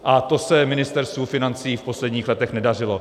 A to se Ministerstvu financí v posledních letech nedařilo.